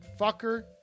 fucker